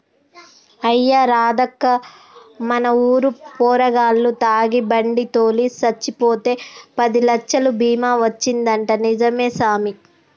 అయ్యా రాదక్కా మన ఊరు పోరగాల్లు తాగి బండి తోలి సచ్చిపోతే పదిలచ్చలు బీమా వచ్చిందంటా నిజమే సామి